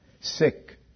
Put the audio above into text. sick